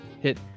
hit